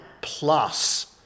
plus